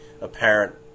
apparent